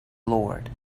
lord